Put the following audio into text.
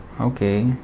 Okay